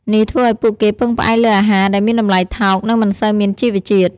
នេះធ្វើឱ្យពួកគេពឹងផ្អែកលើអាហារដែលមានតម្លៃថោក និងមិនសូវមានជីវជាតិ។